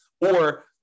Or-